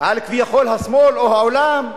על כביכול השמאל או העולם,